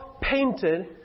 painted